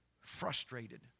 frustrated